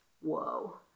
Whoa